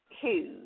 Huge